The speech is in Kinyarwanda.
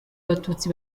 abatutsi